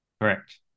Correct